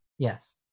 Yes